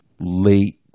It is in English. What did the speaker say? late